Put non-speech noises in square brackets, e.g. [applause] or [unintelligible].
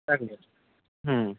[unintelligible] হুম